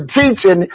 teaching